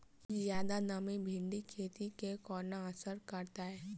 जियादा नमी भिंडीक खेती केँ कोना असर करतै?